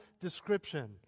description